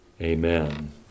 Amen